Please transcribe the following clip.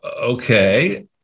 okay